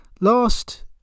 last